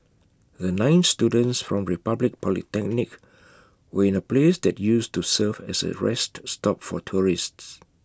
the nine students from republic polytechnic were in A place that used to serve as A rest stop for tourists